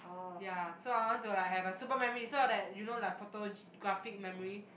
ya so I want to like have a super memory so that you know like photographic memory